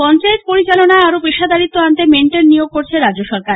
পঞ্চায়েত পরিচালনায় আরও পেশাদারিত্ব আনতে মেন্টর নিয়োগ করছে রাজ্য সরকার